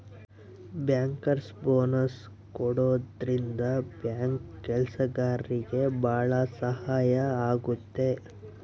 bankers bonus ಕೊಡೋದ್ರಿಂದ bank ಕೆಲ್ಸಗಾರ್ರಿಗೆ ಭಾಳ ಸಹಾಯ ಆಗುತ್ತೆ